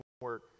work